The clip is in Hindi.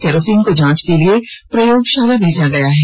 केरोसिन को जांच के लिए प्रयोगशाला भेजा गया है